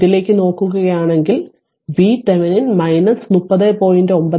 ഇതിലേക്ക് നോക്കുകയാണെങ്കിൽ VThevenin 30